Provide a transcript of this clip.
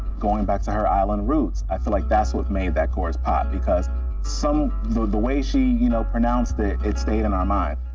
going back to her island roots, i feel like that's what made that chorus pop, because some so the way she, you know, pronounced it, it stayed in our mind.